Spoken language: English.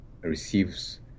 receives